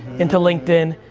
into linkedin,